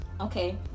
okay